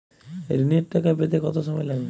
ঋণের টাকা পেতে কত সময় লাগবে?